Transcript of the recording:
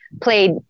played